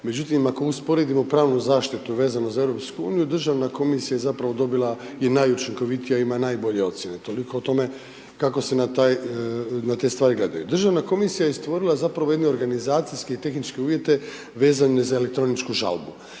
Međutim ako usporedimo pravnu zaštitu vezano za EU državna je zapravo dobila i najučinkovitija je i ima najbolje ocjene. Toliko o tome kako se na te stvari gledaju. Državna komisija je stvorila zapravo jedne organizacijske i tehničke uvjete vezane za elektroničku žalbu.